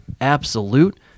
ABSOLUTE